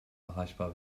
erreichbar